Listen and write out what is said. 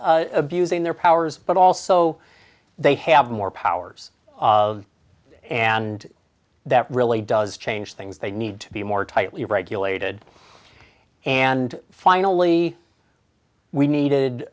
d abusing their powers but also they have more powers of and that really does change things they need to be more tightly regulated and finally we needed